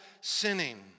sinning